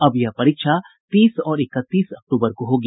अब यह परीक्षा तीस और इकतीस अक्टूबर को होगी